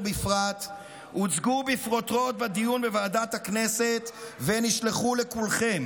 בפרט הוצגו בפרוטרוט בדיון בוועדת הכנסת ונשלחו לכולכם.